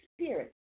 Spirit